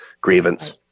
grievance